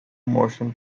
motion